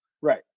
Right